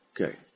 Okay